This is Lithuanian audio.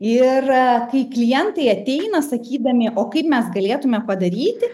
ir kai klientai ateina sakydami o kaip mes galėtume padaryti